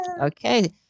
Okay